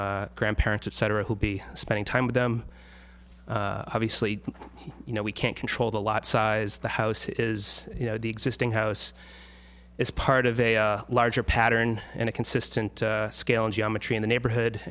grandparents etc will be spending time with them obviously you know we can't control the lot size the house is you know the existing house is part of a larger pattern and a consistent scale geometry in the neighborhood